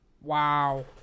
Wow